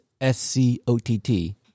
S-C-O-T-T